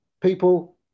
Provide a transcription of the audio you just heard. People